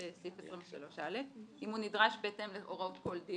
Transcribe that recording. זה סעיף 23(א) אם הוא נדרש בהתאם להוראות כל דין.